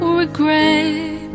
regret